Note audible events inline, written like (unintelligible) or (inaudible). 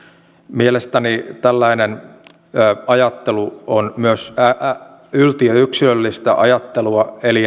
mielestäni tällainen ajattelu on myös yltiöyksilöllistä ajattelua eli (unintelligible)